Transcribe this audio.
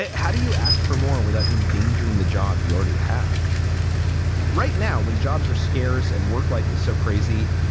ah how do you ask for more without endangering the job you already have right now when jobs are scarce and work life is so crazy,